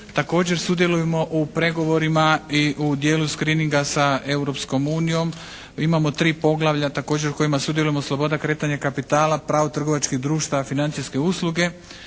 Također sudjelujemo u pregovorima i u dijelu skrininga sa Europskom unijom. Imamo 3 poglavlja također u kojima sudjelujemo, sloboda kretanja kapitala, pravo trgovačkih društava, financijske usluge.